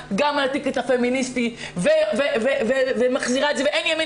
שבאה עם תווית פמיניסטית ובקטע הפמיניסטי אין ימין